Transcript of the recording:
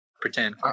pretend